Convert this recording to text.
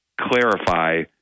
clarify